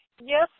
yes